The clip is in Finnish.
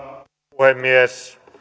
puhemies